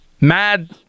mad